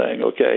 okay